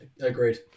Agreed